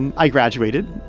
and i graduated.